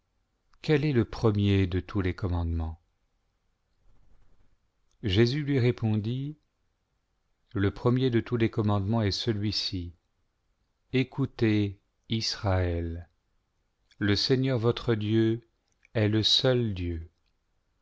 quel est le premier de tous les commandements jésus lui répondit le premier de tous les commandements est celui-ci ecoutez israël le seigneur votre dieu est le seul dieur